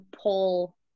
pull